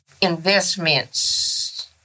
investments